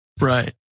Right